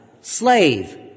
slave